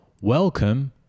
welcome